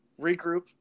regroup